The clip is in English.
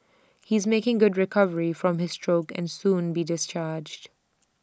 he's making good recovery from his stroke and soon be discharged